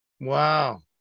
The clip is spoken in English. Wow